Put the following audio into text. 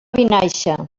vinaixa